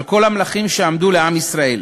על כל המלכים שעמדו לעם ישראל,